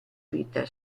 vita